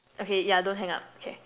okay yeah don't hang up K